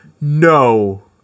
no